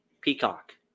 Peacock